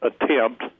attempt